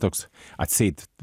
toks atseit